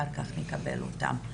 אחר כך נקבל אותן.